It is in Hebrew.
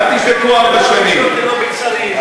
תשלוט ללא מצרים.